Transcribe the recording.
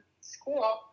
school